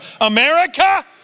America